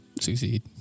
succeed